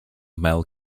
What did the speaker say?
male